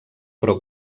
però